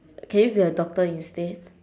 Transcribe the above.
can you be a doctor instead